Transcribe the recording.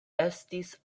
estis